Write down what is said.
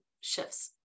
shifts